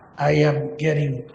i um get a